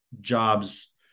jobs